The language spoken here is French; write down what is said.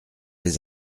les